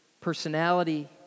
personality